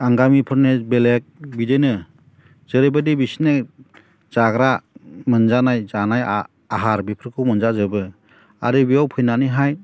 आंगामिफोरनि बेलेग बिदिनो जेरैबायदि बिसोरनि जाग्रा मोनजानाय जानाय आहार बेफोरखौ मोनजाजोबो आरो बेयाव फैनानैहाय